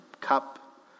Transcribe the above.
cup